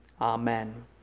Amen